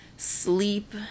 sleep